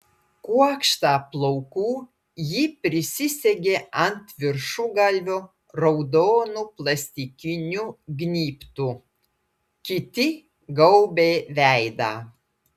kuokštą plaukų ji prisisegė ant viršugalvio raudonu plastikiniu gnybtu kiti gaubė veidą